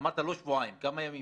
אמרת לא שבועיים, אז כמה ימים